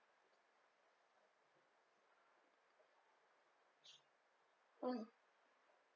mm